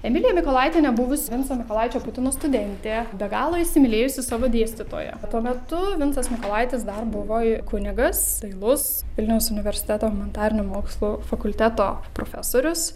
emilija mykolaitienė buvus vinco mykolaičio putino studentė be galo įsimylėjusi savo dėstytoją tuo metu vincas mykolaitis dar buvo i kunigas dailus vilniaus universiteto humanitarinių mokslų fakulteto profesorius